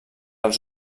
els